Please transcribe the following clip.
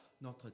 notre